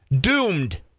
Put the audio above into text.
Doomed